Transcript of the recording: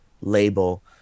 label